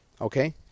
Okay